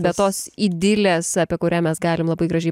be tos idilės apie kurią mes galim labai gražiai